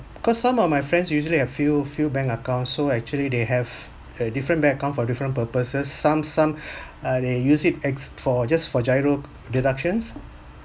cause some of my friends usually have few few bank account so actually they have a different bank account for different purposes some some uh they use it ex~ for just for giro deductions